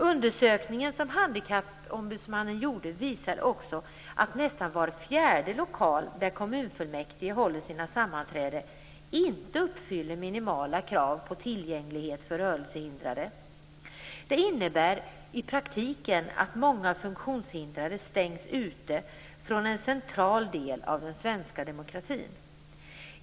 Undersökningen som handikappombudsmannen gjort visar också att nästan var fjärde lokal där kommunfullmäktige håller sina sammanträden inte uppfyller minimala krav på tillgänglighet för rörelsehindrade. Detta innebär i praktiken att många funktionshindrade stängs ute från en central del av den svenska demokratin.